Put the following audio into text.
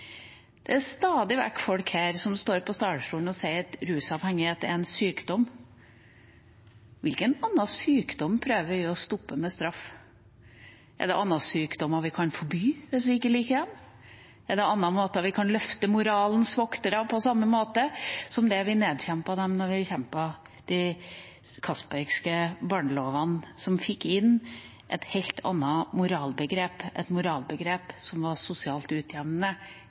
Det er stadig vekk folk her som står på talerstolen og sier at rusavhengighet er en sykdom. Hvilken annen sykdom prøver vi å stoppe med straff? Er det andre sykdommer vi kan forby hvis vi ikke liker dem? Eller er det andre måter vi kan møte moralens voktere på – på samme måte som vi nedkjempet dem da vi kjempet for de Castbergske barnelovene? De fikk inn et helt annet moralbegrep, et moralbegrep som var sosialt utjevnende